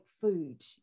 food